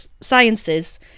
Sciences